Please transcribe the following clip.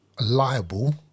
liable